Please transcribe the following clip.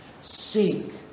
Seek